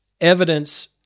evidence